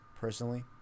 personally